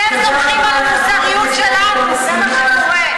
אתם סומכים על המוסריות שלנו, זה מה שקורה.